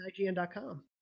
ign.com